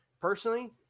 personally